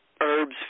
herbs